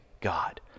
God